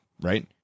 Right